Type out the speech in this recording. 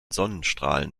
sonnenstrahlen